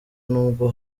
n’ubwo